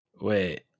wait